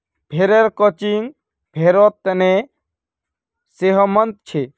भेड़ेर क्रचिंग भेड़ेर तने सेहतमंद छे